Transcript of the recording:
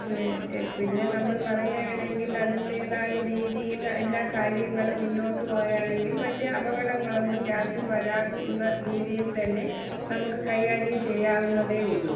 പിന്നെ നമ്മള് പറയുവാണെങ്കിൽ അതിൻ്റെതായ രീതിയില് എല്ലാ കാര്യങ്ങളും മുന്നോട്ട് പോകുകയാണെങ്കിൽ വലിയ അപകടങ്ങൾ ഒന്നും ഗ്യാസിൽ വരാവുന്ന രീതിയിൽതന്നെ നമുക്ക് കൈകാര്യം ചെയ്യാവുന്നതേ ഉള്ളു